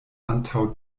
antaŭ